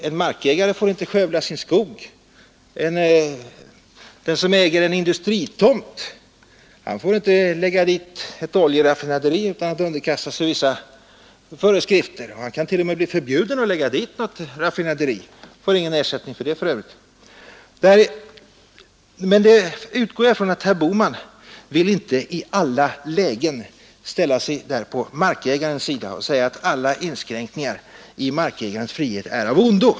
En markägare får inte skövla sin skog, den som äger en industritomt får inte lägga dit ett oljeraffinaderi utan att underkasta sig vissa föreskrifter — ja, han kan t.o.m. bli förbjuden att lägga dit något raffinaderi och får för övrigt ingen ersättning för det. Jag utgår från att herr Bohman ändå när det kommer till kritan inte i riktigt alla lägen vill ställa sig på markägarens sida och säga att alla inskränkningar i markägarens frihet är av ondo.